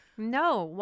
No